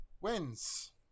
wins